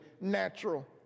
natural